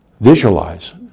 Visualize